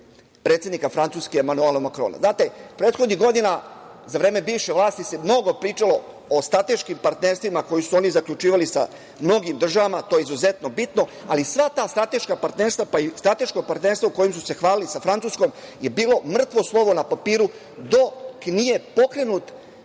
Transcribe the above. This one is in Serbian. predsednika Francuske Emanuela Makrona. Znate, prethodnih godina, za vreme bivše vlasti se mnogo pričalo o strateškim partnerstvima koja su oni zaključivali sa mnogim državama, to je izuzetno bitno, ali sva ta strateška partnerstva, pa i strateško partnerstvo kojim su se hvalili sa Francuskom je bilo mrtvo slovo na papiru dok nije pokrenut